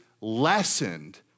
lessened